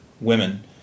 Women